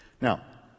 Now